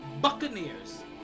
Buccaneers